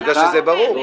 בגלל שזה ברור.